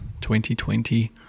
2020